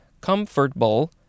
comfortable